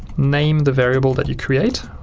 name the variable that you create,